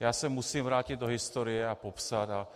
Já se musím vrátit do historie a popsat to.